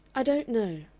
i don't know,